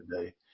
today